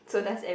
ya